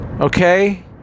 okay